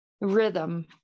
rhythm